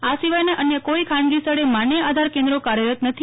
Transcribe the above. આ સિવાયના અન્ય કોઇ ખાનગી સ્થળે માન્ય આધાર કેન્દ્રો કાર્યરત નથી